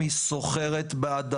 אז יעשו פיילוט של 150 מיליון בשתי שכונות?